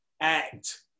act